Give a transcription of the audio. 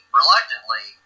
reluctantly